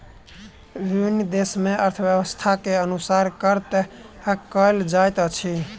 विभिन्न देस मे अर्थव्यवस्था के अनुसार कर तय कयल जाइत अछि